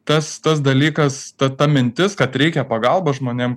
tas tas dalykas ta ta mintis kad reikia pagalbą žmonėm